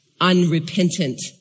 unrepentant